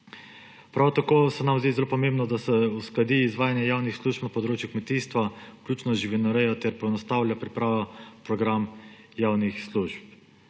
Prav tako se nam zdi zelo pomembno, da se uskladi izvajanje javnih služb na področju kmetijstva, vključno z živinorejo, ter poenostavlja priprava programa javnih služb.